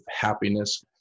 happiness